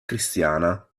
cristiana